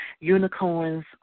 Unicorns